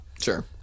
sure